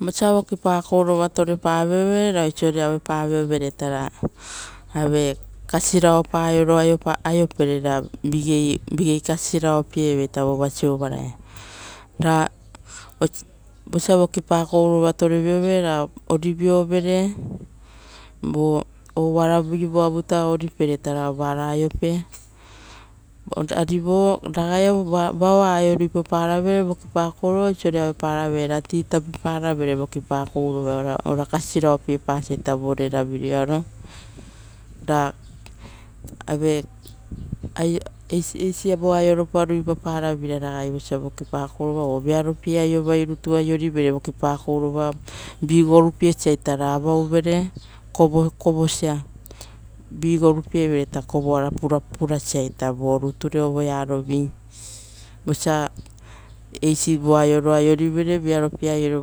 Vosia vokipakourova torepaviovere ra oisore auepa viovereita ra ave, kasirapa aioro aiopere ra igei kasiroo pieve vova siovaraia, ra osi, vosa vokipa kourova toureviove-re ra orivio vere vo oaravivu-avaita oripere ra vara aiope. Ari, vo ragaiavu vao avu aio ruipapara re vokipa kouva, oisore aueparavere ra tea tapiparavere vokipakorova ora kasiraopie paoro vore ravireara. Ra ave, are eisi, eisi vo aioropa ruipapa veira ragai vosa vokipako rova o vearopie aiovai rutu aiorivere vokipakourova vii gorupiesa ita ra avauvere kovokovosia. Vi gorupievereita kovoara pura paraita voruture ovaiarovi, vosia eisi vo aioro aiorivere vearopie aioro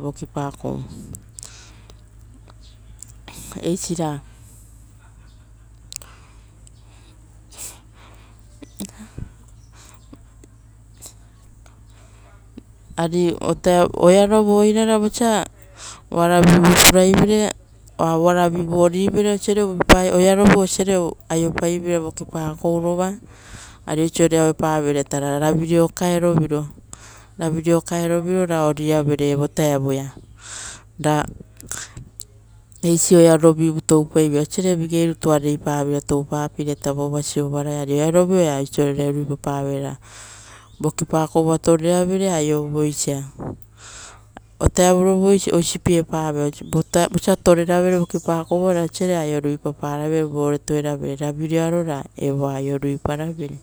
vokipakou. Eisira, ari otae oarova oirara vosa oaravivupura ivere oa oaravivu orivere osiare uvuipai osiare aiopaiveira vokipaurova, ari oisore auepaverei raita ravireo kaeroviro, ravireo kaeroviro ra-evo taevuia vutaia, ra, eisi oearovivu toupaiveira vova sovaraia ari oearovu oea oisore airo ra vokipakova toreavere aioveisa. O taevurovu vutarovu oisi, oisi piepaveira vosia toreravere vokipa kouro oiso rupaparavere vore tueravere ravireua ra evoa aio ruparavere.